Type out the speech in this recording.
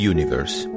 Universe